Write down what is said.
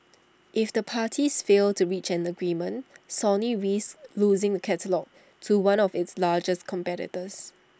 if the parties fail to reach an agreement Sony risks losing catalogue to one of its largest competitors